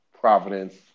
providence